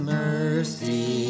mercy